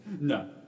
No